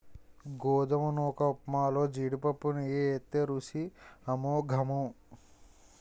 గోధుమ నూకఉప్మాలో జీడిపప్పు నెయ్యి ఏత్తే రుసి అమోఘము